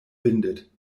windet